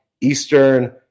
Eastern